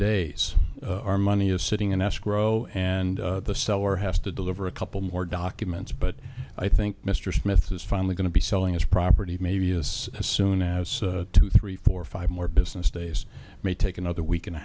days our money is sitting in escrow and the seller has to deliver a couple more documents but i think mr smith is finally going to be selling his property maybe as soon as two three four five more business days may take another week and a